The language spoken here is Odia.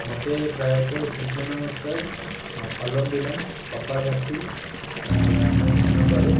ମୋତେ ପ୍ରାୟତଃ ସୂର୍ଯ୍ୟ ନମସ୍କାର ଆଉ ଅନୁଲମ ଵିଲୋମ କପାଳଭାତି ମୁଁ ଧ୍ୟାନ କରେ